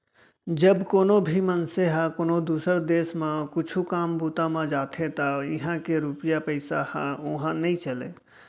जब कोनो भी मनसे ह कोनो दुसर देस म कुछु काम बूता म जाथे त इहां के रूपिया पइसा ह उहां नइ चलय